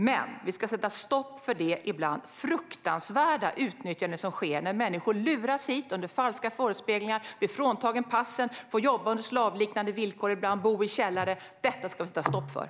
Men vi ska sätta stopp för det ibland fruktansvärda utnyttjande som sker när människor luras hit under falska förespeglingar, blir fråntagna passen och ibland får jobba under slavliknande villkor och bo i källare.